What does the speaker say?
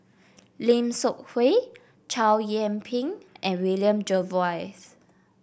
Lim Seok Hui Chow Yian Ping and William Jervois